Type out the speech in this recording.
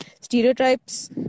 Stereotypes